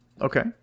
okay